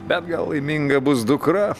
bet gal laiminga bus dukra